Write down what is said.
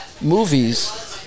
movies